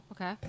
Okay